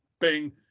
Bing